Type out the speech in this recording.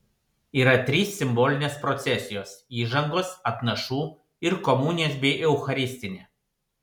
yra trys simbolinės procesijos įžangos atnašų ir komunijos bei eucharistinė